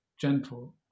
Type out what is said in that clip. gentle